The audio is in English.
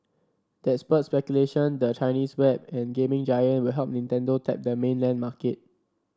that spurred speculation the Chinese web and gaming giant will help Nintendo tap the mainland market